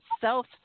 self